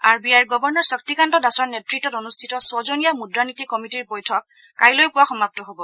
R B আইৰ governor Shaktikanta দাসৰ নেতৃত্বত অনুষ্ঠিত ছজনীয়া মুদ্ৰানীতি কমিটিৰ বৈঠক কাইলৈ পুৱা সমাপ্ত হ'ব